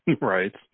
Right